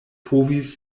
povis